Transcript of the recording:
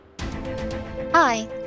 Hi